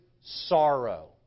sorrow